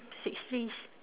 six trees